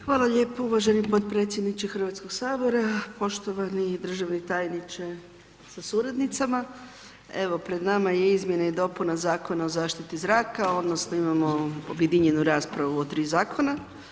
Hvala lijepo uvaženi podpredsjedniče Hrvatskog sabora, poštovani državni tajniče sa suradnicama, evo pred nama je izmjena i dopuna Zakona o zaštiti zraka odnosno imamo objedinjenu raspravu o tri zakona.